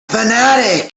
fanatic